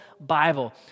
Bible